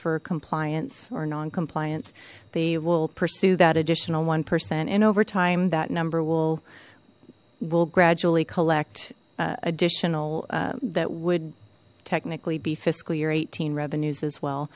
for compliance or non compliance they will pursue that additional one percent and over time that number will will gradually collect additional that would technically be fiscal year eighteen revenues as well